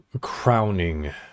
crowning